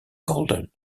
golden